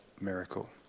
miracle